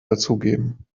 dazugeben